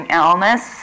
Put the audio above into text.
illness